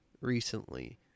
recently